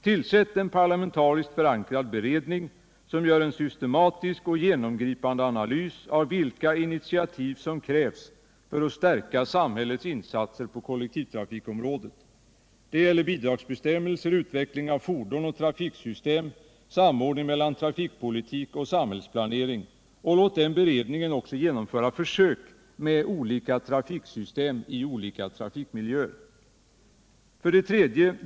Tillsätt en parlamentariskt förankrad beredning, som gör en systematisk och genomgripande analys av vilka initiativ som krävs för att stärka samhällets insatser på kollektivtrafikområdet. Det gäller bidragsbestämmelser, utveckling av fordon och trafiksystem, samordning mellan trafikpolitik och samhällsplanering osv. Låt den beredningen också genomföra försök med olika trafiksystem i olika trafikmiljöer. 3.